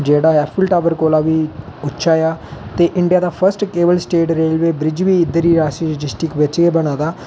जेहड़ा Eiffel tower कोला बी उच्चा ऐ ते इंडिया दा first cable stayed railway bridge बी इद्धर ही रियासी डिस्ट्रिक्ट बिच गै बने दा